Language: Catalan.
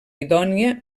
idònia